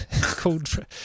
called